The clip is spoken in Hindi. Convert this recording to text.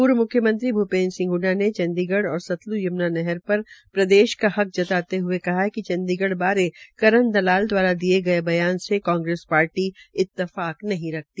प्र्व म्ख्यमंत्री भ्पेन्द्र सिंह हडडा ने चंडीगढ और सतल्त यम्ना नहर पर प्रदेश का हक जताते हये कहा कि चंडीगढ़ बारे करण दलाल दवारा दिये गये बयान से कांग्रेस पार्टी इतफाक नहीं रखती